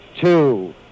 two